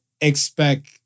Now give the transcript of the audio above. expect